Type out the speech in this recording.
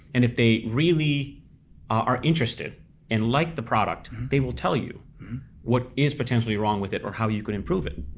and if they really are interested and like the product, they will tell you what is potentially wrong with it or how you can improve it.